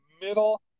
middle